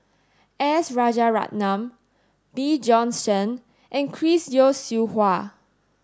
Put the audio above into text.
S Rajaratnam Bjorn Shen and Chris Yeo Siew Hua